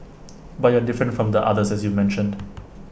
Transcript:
but you're different from the others as you mentioned